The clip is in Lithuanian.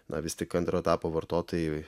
na vis tik antro etapo vartotojai